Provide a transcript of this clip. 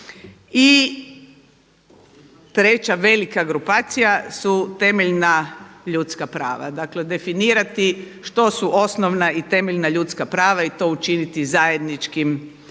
I treća velika grupacija su temeljna ljudska prava. Dakle definirati što su osnovna i temeljna ljudska prava i to učiniti zajedničkim svim